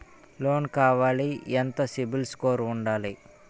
Loan కావాలి ఎంత CIBIL score ఉండాలి?